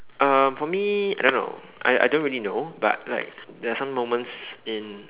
um for me I don't know I I don't really know but like there are some moments in